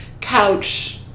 couch